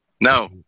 No